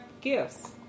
gifts